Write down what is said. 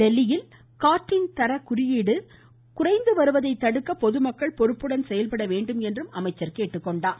தில்லியில் காற்றின் தர குறியீடு குறைந்து வருவதைத் தடுக்க பொதுமக்கள் பொறுப்புடன் செயல்பட வேண்டும் என்றும் அவர் கேட்டுக்கொண்டார்